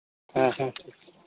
ᱦᱮᱸ ᱦᱮᱸ